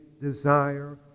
desire